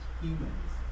humans